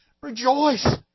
Rejoice